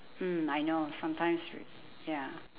mm I know sometimes w~ ya